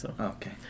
Okay